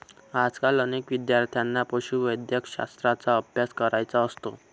आजकाल अनेक विद्यार्थ्यांना पशुवैद्यकशास्त्राचा अभ्यास करायचा असतो